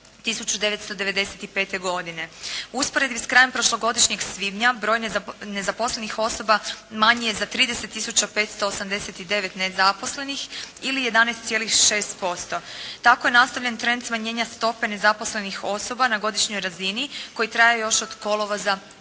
1995. godine. U usporedbi s krajem prošlogodišnjeg svibnja, broj nezaposlenih osoba manji je za 30 tisuća 589 nezaposlenih ili 11,6%. Tako je nastavljen trend smanjenja stope nezaposlenih osoba na godišnjoj razini koji traje još od kolovoza